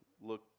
look